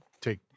take